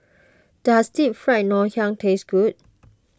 does Deep Fried Ngoh Hiang taste good